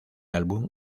álbum